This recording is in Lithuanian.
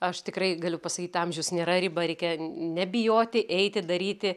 aš tikrai galiu pasakyt amžius nėra riba reikia nebijoti eiti daryti